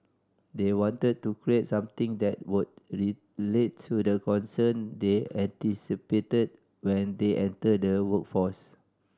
they wanted to create something that would relate to the concern they anticipated when they enter the workforce